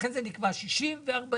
לכן זה נקבע 60 ו-40,